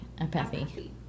Apathy